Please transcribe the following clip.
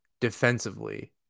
defensively